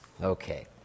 Okay